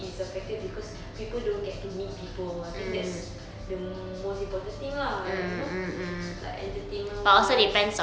is a factor because people don't get to meet people I think that's the most important thing lah like you know like entertainment wise